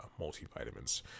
multivitamins